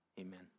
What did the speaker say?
Amen